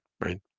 right